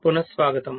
పునఃస్వాగతం